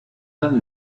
done